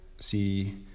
see